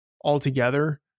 altogether